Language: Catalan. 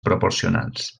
proporcionals